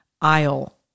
aisle